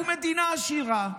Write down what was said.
אנחנו מדינה עשירה,